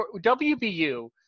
wbu